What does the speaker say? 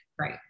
Right